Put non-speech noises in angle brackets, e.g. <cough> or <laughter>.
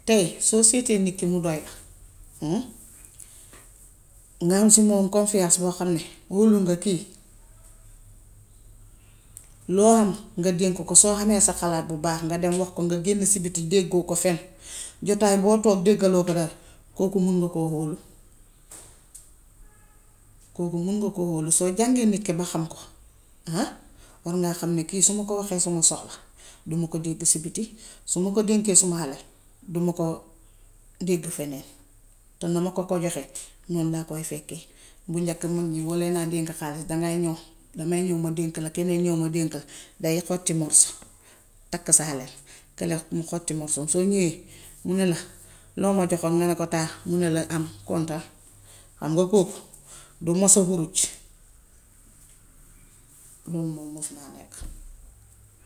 Tay soo seetee nit ki mu doy la, <unintelligible> nga am si moom confiance boo xam ne wóolu nga kii. Loo ham nga dénk ko. Soo hamee sa xalaat bu baax nga dem wax ko, nga génn si biti déggoo ko fenn, jotaay boo toog déggaloo ko dara, koo ku mun nga koo hóolu koo ku mun nga koo hóolu. Soo jàngee nit ki ba xam ko <unintelligible> war ngaa xam ne kii su ma ko waxee suma soxla duma ko dégg si biti. Su ma ko dénkee suma halal duma ko dégg feneen. Te na ma ko ko joxee, noon laa koy fekkee. Bu njëkk mag ñi buñ la daan dénk xaalis dangay ñów. Dangay ñów ma dénk la, keneen ñów ma dénk la. Day xotti morso, takk sa halal, keneen mu xotti morso, soo ñówee mu ne la: loo ma joxoon. Mu ne la taa, nga ne ko konteel. Xam nga koo ku du mas a huruj. Lool daal mas na nekk.